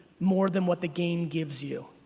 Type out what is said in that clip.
more than what the game gives you.